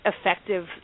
effective